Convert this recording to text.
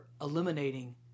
eliminating